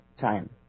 time